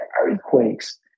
earthquakes